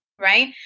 Right